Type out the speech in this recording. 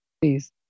Please